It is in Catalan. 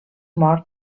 mort